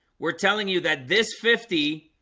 we're telling you that this fifty